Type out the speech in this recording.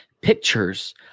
Pictures